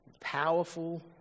powerful